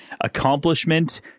accomplishment